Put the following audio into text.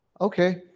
Okay